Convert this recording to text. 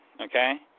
Okay